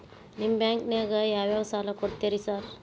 ನಿಮ್ಮ ಬ್ಯಾಂಕಿನಾಗ ಯಾವ್ಯಾವ ಸಾಲ ಕೊಡ್ತೇರಿ ಸಾರ್?